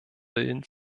willen